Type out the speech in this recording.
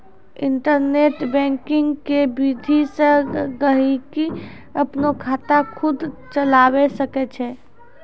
internet banking के विधि से गहकि अपनो खाता खुद चलावै सकै छै